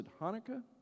Hanukkah